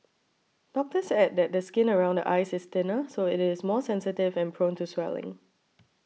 doctors add that the skin around the eyes is thinner so it is more sensitive and prone to swelling